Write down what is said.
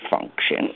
function